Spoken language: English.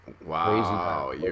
Wow